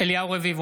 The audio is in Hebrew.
אליהו רביבו,